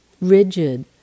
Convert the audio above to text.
rigid